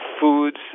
foods